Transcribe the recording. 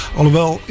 Alhoewel